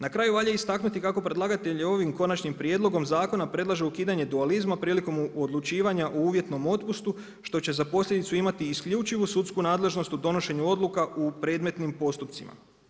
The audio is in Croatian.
Na kraju valja istaknuti kako predlagatelj je ovim konačnim prijedlogom zakona predlaže ukidanje dualizma prilikom odlučivanja u uvjetnom otpustu što će za posljedicu imati isključivo sudsku nadležnost u donošenju odluka u predmetnim postupcima.